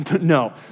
No